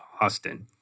Austin